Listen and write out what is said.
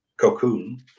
cocoon